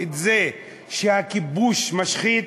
שהכיבוש משחית?